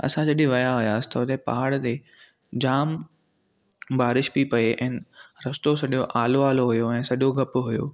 असां जॾहिं विया हुअसि त हुते पहाड़ ते जाम बारिश बि पिए ऐं रस्तो सॼो आलो आलो हुओ ऐं सॼो गप हुओ